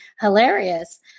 hilarious